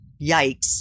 yikes